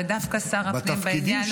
ודווקא שר הפנים בעניין הזה --- בתפקידים